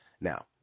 Now